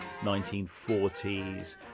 1940s